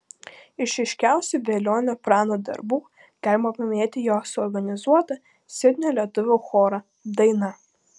iš ryškiausių velionio prano darbų galima paminėti jo suorganizuotą sidnio lietuvių chorą daina